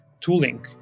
Tooling